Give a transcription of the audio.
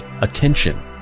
attention